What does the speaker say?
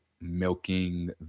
milking